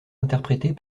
interprétés